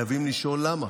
וחייבים לשאול למה.